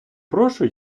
прошу